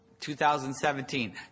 2017